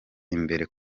imbere